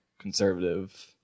conservative